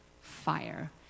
fire